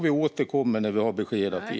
Vi återkommer när vi har besked att ge.